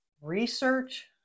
research